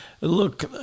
Look